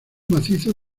macizo